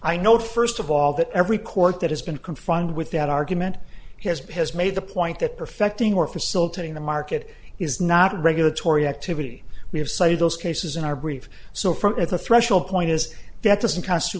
i know first of all that every court that has been confronted with that argument has peers made the point that perfecting or facilitating the market is not a regulatory activity we have cited those cases in our brief so from a threshold point is that doesn't const